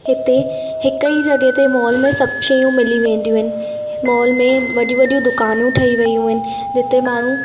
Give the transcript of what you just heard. हिते हिक ई जॻहि ते मॉल में सभु शयूं मिली वेंदियूं आहिनि मॉल में वॾियूं वॾियूं दुकानूं ठही वयूं आहिनि जिते माण्हू